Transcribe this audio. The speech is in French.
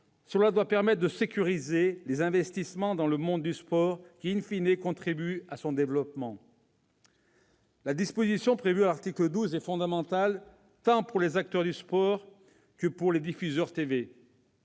elle a vocation à sécuriser les investissements dans le monde du sport, qui contribuent à son développement. La disposition prévue à l'article 12 est fondamentale tant pour les acteurs du monde du sport que pour les diffuseurs TV.